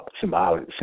Symbolic